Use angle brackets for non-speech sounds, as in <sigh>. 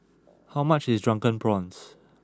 <noise> how much is Drunken Prawns